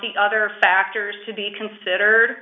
the other factors to be considered